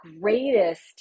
greatest